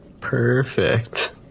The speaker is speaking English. perfect